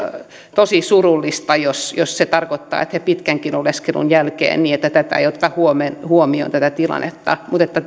tosi surullista jos jos se tarkoittaisi että pitkänkään oleskelun jälkeen tätä tilannetta ei oteta huomioon mutta